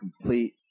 complete